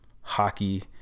hockey